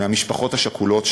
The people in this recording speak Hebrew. מהמשפחות השכולות,